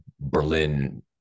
Berlin